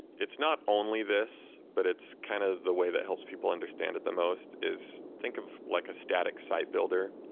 it's not only this, but it's kind of the way that helps people understand it the most is think of like a static site builder.